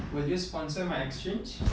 will you sponsor my exchange